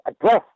address